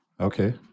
Okay